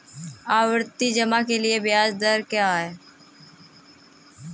आवर्ती जमा के लिए ब्याज दर क्या है?